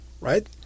right